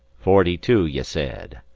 forty-two, ye said.